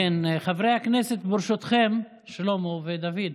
כן, חברי הכנסת, ברשותכם, שלמה ודוד,